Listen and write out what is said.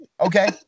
okay